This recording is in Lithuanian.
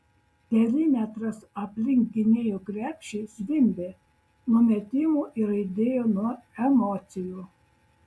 perimetras aplink gynėjų krepšį zvimbė nuo metimų ir aidėjo nuo emocijų